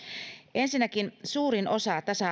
ensinnäkin suurin osa tasa